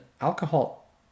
alcohol